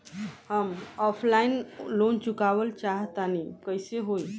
हम offline loan चुकावल चाहऽ तनि कइसे होई?